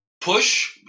push